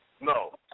no